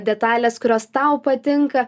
detalės kurios tau patinka